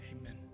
Amen